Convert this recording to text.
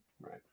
Right